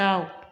दाउ